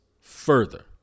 further